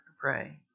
pray